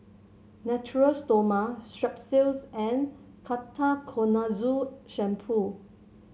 Natura Stoma Strepsils and Ketoconazole Shampoo